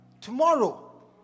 Tomorrow